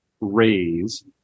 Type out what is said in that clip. raise